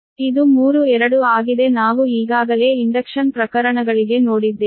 ಆದ್ದರಿಂದ ಇದು 3 2 ಆಗಿದೆ ನಾವು ಈಗಾಗಲೇ ಇಂಡಕ್ಷನ್ ಪ್ರಕರಣಗಳಿಗೆ ನೋಡಿದ್ದೇವೆ